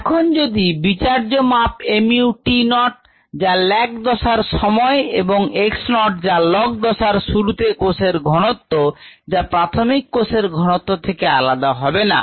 এখন যদি বিচার্য মাপ mu t naught যা lag দশার সময় এবং x naught যা log দশার শুরুতে কোষের ঘনত্ত যা প্রাথমিক কোষের ঘনত্ব থেকে আলাদা হবে না